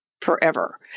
forever